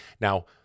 Now